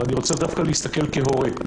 אבל אני רוצה להסתכל דווקא כהורה.